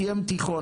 סיים תיכון,